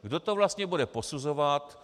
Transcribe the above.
Kdo to vlastně bude posuzovat?